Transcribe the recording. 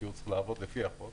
כי הוא צריך לעבוד לפי החוק